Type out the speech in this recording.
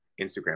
Instagram